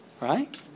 right